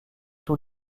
tous